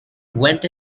went